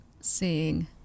seeing